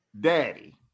daddy